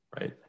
Right